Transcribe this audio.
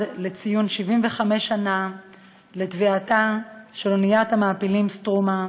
לציון 75 שנה לטביעתה של אוניית המעפילים "סטרומה"